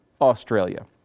Australia